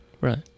Right